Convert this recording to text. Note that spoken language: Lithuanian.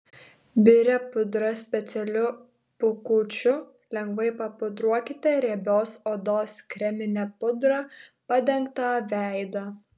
biria pudra specialiu pūkučiu lengvai papudruokite riebios odos kremine pudra padengtą veidą